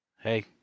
hey